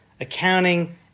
accounting